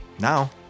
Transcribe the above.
Now